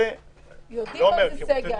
יודעים מה זה סגר.